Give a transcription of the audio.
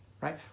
right